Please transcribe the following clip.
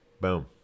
boom